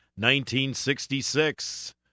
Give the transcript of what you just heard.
1966